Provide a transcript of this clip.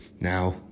now